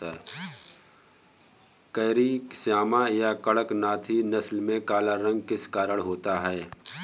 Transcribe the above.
Carry Shyama या कड़कनाथी नस्ल में काला रंग किस कारण होता है?